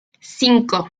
cinco